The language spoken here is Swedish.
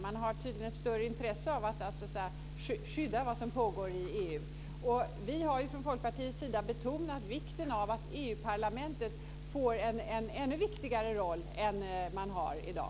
Man har tydligen ett större intresse av att skydda vad som pågår i EU. Vi har från Folkpartiets sida betonat vikten av att EU-parlamentet får en ännu viktigare roll än man har i dag.